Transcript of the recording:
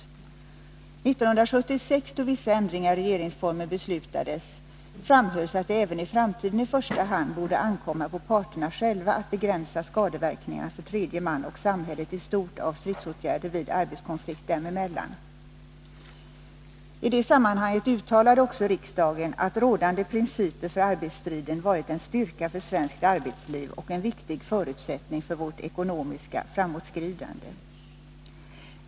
År 1976, då vissa ändringar i regeringsformen beslutades, framhölls att det även i framtiden i första hand borde ankomma på parterna själva att begränsa skadeverkning arna för tredje man och samhället i stort av stridsåtgärder vid arbetskonflikt dem emellan. I det sammanhanget uttalade också riksdagen att rådande principer för arbetsstrid varit en styrka för svenskt arbetsliv och en viktig förutsättning för vårt ekonomiska framåtskridande.